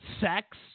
sex